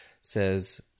says